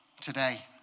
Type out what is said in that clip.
today